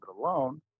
alone